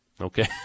Okay